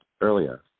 earlier